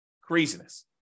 Craziness